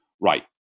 right